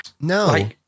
No